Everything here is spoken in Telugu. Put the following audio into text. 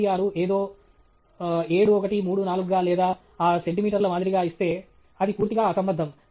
96 ఏదో 7134 గా లేదా ఆ సెంటీమీటర్ల మాదిరిగా ఇస్తే అది పూర్తిగా అసంబద్ధం